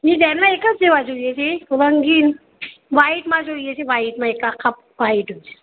ડિજાઇનમાં એક જ જેવા જોઈએ છે રંગીન વાઈટમાં જોઈએ છે વાઈટમાં એક આખા વાઈટ